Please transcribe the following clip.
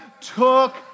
took